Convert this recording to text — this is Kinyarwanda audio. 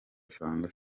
asanga